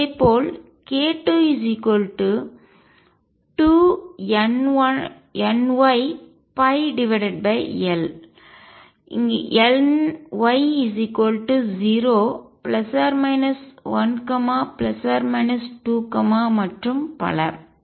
இதேபோல் k22nyL ny0±1±2 மற்றும் பல